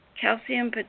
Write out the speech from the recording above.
calcium